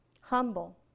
Humble